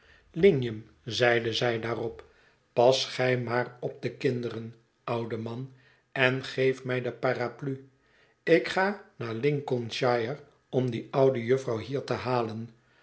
lignum zeide zij daarop pas gij maar op de kinderen oude man en geef mij de paraplu ik ga naar lincolnshire om die oude jufvrouw hier te halen